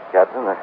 Captain